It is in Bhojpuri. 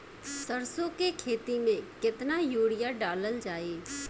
सरसों के खेती में केतना यूरिया डालल जाई?